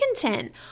content